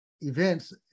events